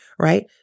Right